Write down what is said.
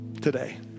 today